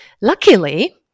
Luckily